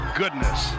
goodness